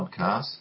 podcast